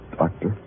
doctor